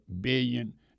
billion